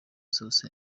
zose